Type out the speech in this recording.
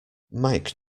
mike